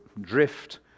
drift